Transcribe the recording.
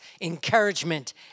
encouragement